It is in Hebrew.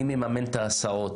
אני מממן את ההסעות,